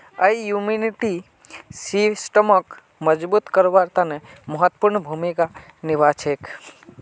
यई इम्यूनिटी सिस्टमक मजबूत करवार तने महत्वपूर्ण भूमिका निभा छेक